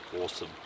awesome